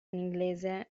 inglese